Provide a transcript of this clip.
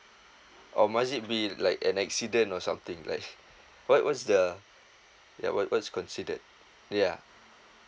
or must it be like an accident or something like what what's the ya what what is considered yeah